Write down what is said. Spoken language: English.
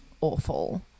awful